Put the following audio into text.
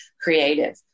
creative